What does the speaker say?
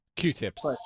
Q-tips